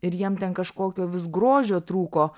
ir jiem ten kažkokio vis grožio trūko